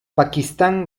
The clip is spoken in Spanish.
pakistán